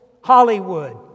Hollywood